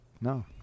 No